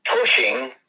pushing